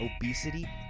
obesity